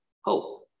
hope